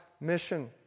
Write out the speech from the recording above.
mission